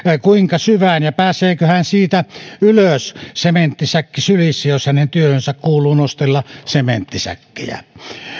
kuinka syvään ja pääseekö hän siitä ylös sementtisäkki sylissä jos hänen työhönsä kuuluu nostella sementtisäkkejä